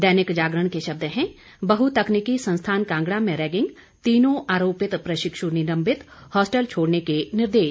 दैनिक जागरण के शब्द हैं बहुतकनीकी संस्थान कांगड़ा में रैगिंग तीनों आरोपित प्रशिक्षु निलंबित हॉस्टल छोड़ने के निर्देश